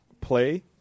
play